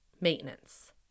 maintenance